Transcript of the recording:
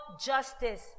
justice